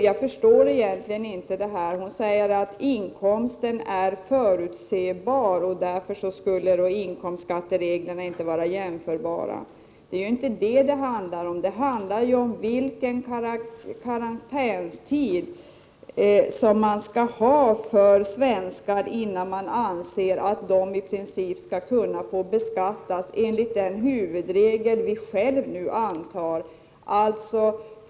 Jag förstår egentligen inte Lisbeth Staaf-Igelström, när hon säger att inkomsten är förutsebar och att därför inkomstskattereglerna och reglerna för arvsoch gåvobeskattning inte skulle vara jämförbara. Men det handlar ju om vilken karantänstid man skall kräva innan svenskar i princip skall beskattas enligt den huvudregel som snart kommer att antas.